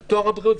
על טוהר הבחירות,